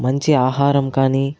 మంచి ఆహారం కానీ